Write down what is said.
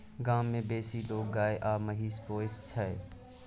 गाम मे बेसी लोक गाय आ महिष पोसय छै